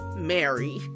Mary